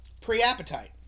pre-appetite